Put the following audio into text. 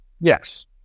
Yes